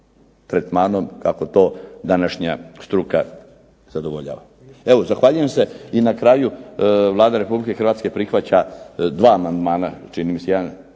tretmanom kako to današnja struka zadovoljava. Evo zahvaljujem se i na kraju Vlada Republike Hrvatske prihvaća dva amandmana čini mi se jedan